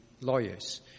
lawyers